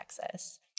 Texas